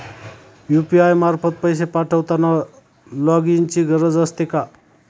UPI मार्फत पैसे पाठवताना लॉगइनची गरज असते का?